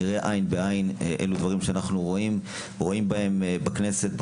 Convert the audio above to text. נראה עין בעין אלו דברים שאנחנו רואים בהם בכנסת.